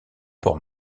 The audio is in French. port